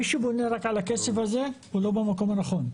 מי שבונה רק על הכסף הזה הוא לא במקום הנכון.